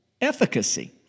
efficacy